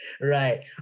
Right